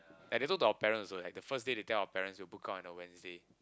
and also to our parents also like the first day they tell our parents will book out on a Wednesday